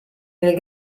nel